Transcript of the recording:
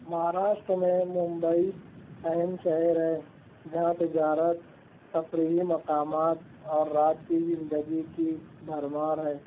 مہاراشٹر میں ممبئی اہم شہر ہے جہاں تجارت تفریحی مقامات اور رات کی زندگی کی بھرمار ہے